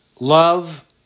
love